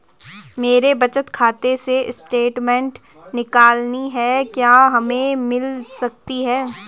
मेरे बचत खाते से स्टेटमेंट निकालनी है क्या हमें मिल सकती है?